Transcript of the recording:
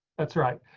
that's right.